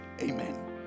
Amen